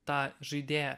tą žaidėją